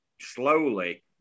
slowly